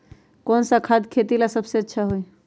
कौन सा खाद खेती ला सबसे अच्छा होई?